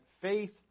faith